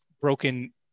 broken